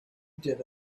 did